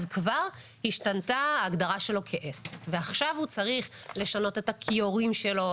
כבר השתנתה הגדרה שלו כעסק ועכשיו הוא צריך לשנות את הכיורים שלו,